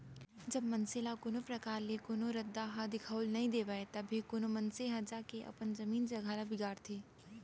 जब मनसे ल कोनो परकार ले कोनो रद्दा ह दिखाउल नइ देवय तभे कोनो मनसे ह जाके अपन जमीन जघा ल बिगाड़थे